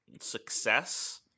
success